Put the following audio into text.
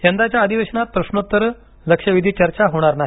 यंदाच्या अधिवेशनात प्रश्नोत्तरे लक्षवेधी चर्चा होणार नाही